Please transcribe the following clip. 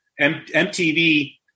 MTV